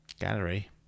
gallery